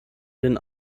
den